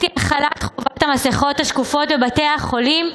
הובלתי את החלת חובת המסכות השקופות בבתי החולים,